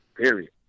period